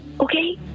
okay